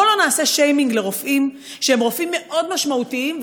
בוא לא נעשה שיימינג לרופאים שהם רופאים מאוד משמעותיים,